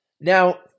Now